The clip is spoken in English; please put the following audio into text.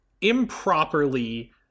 improperly